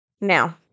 Now